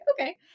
okay